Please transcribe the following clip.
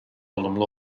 olumlu